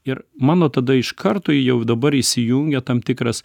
ir mano tada iš karto jau dabar įsijungia tam tikras